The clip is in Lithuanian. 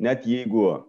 net jeigu